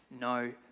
no